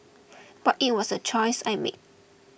but it was a choice I made